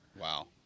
Wow